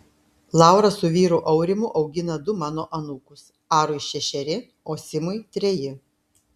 laura su vyru aurimu augina du mano anūkus arui šešeri o simui treji